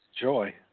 joy